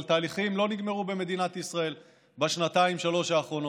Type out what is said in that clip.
אבל תהליכים לא נגמרו במדינת ישראל בשנתיים-שלוש האחרונות.